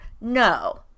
No